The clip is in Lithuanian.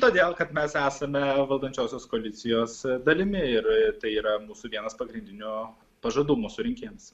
todėl kad mes esame valdančiosios koalicijos dalimi ir tai yra mūsų vienas pagrindinių pažadų mūsų rinkėjams